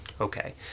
Okay